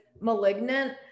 Malignant